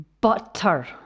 Butter